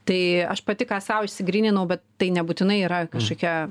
tai aš pati ką sau išsigryninau bet tai nebūtinai yra kažkokia